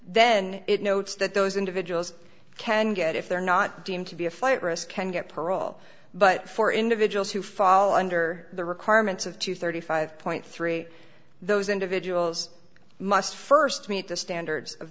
then it notes that those individuals can get if they're not deemed to be a flight risk can get parole but for individuals who fall under the requirements of two hundred and thirty five point three those individuals must st meet the standards of